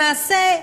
למעשה,